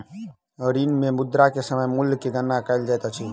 ऋण मे मुद्रा के समय मूल्य के गणना कयल जाइत अछि